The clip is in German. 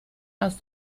aus